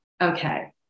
okay